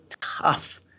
tough